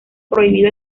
prohibido